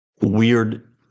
weird